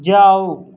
جاؤ